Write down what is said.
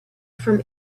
from